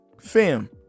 Fam